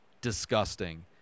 disgusting